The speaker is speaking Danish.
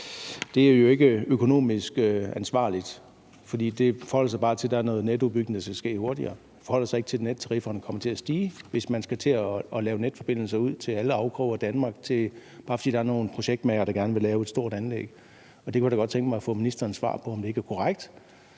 er jo ikke økonomisk ansvarligt, for det forholder sig bare til, at der hurtigere skal ske noget netudbygning. Det forholder sig ikke til, at nettarifferne kommer til at stige, hvis man skal til at lave netforbindelser ude i alle afkroge af Danmark, bare fordi der er nogle projektmagere, der gerne vil lave et stort anlæg. Der kunne jeg da godt tænke mig at få ministerens svar på, om det ikke er korrekt,